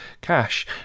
cash